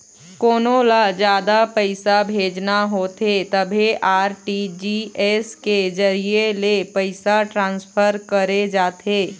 कोनो ल जादा पइसा भेजना होथे तभे आर.टी.जी.एस के जरिए ले पइसा ट्रांसफर करे जाथे